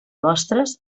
mostres